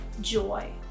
joy